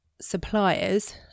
suppliers